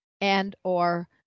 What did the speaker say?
and/or